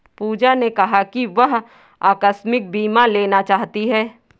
पूजा ने कहा कि वह आकस्मिक बीमा लेना चाहती है